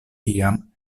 iam